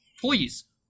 Please